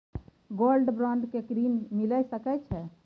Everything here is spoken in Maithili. गोल्ड बॉन्ड पर ऋण मिल सके छै?